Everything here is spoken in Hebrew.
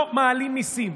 לא מעלים מיסים.